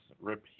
repeat